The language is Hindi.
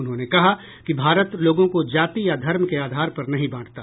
उन्होंने कहा कि भारत लोगों को जाति या धर्म के आधार पर नहीं बांटता